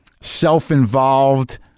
self-involved